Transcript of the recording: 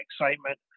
excitement